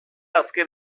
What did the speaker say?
azken